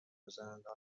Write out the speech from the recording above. گذراندن